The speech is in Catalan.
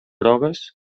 grogues